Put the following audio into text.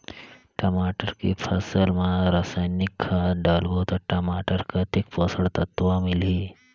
टमाटर के फसल मा रसायनिक खाद डालबो ता टमाटर कतेक पोषक तत्व मिलही?